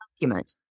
document